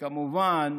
וכמובן